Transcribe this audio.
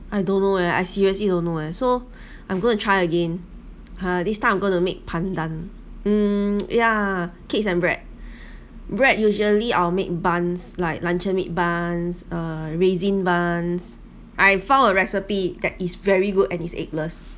I don't know eh I seriously don't know eh so I'm going to try again ha this time I'm going to make pandan hmm ya cakes and bread bread usually I'll make buns like luncheon meat buns uh raising buns I've found a recipe that is very good at it's eggless